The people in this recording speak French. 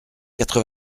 quatre